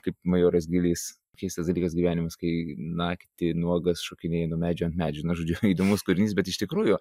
kaip majoras gylys keistas dalykas gyvenimas kai naktį nuogas šokinėji nuo medžio medžio na žodžiu įdomus kūrinys bet iš tikrųjų